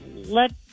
let